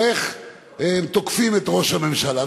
או "איך תוקפים את ראש הממשלה".